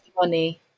money